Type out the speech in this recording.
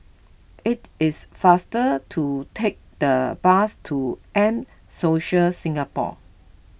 it is faster to take the bus to M Social Singapore